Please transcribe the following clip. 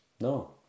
No